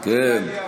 עילית